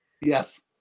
Yes